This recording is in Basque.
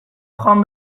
joan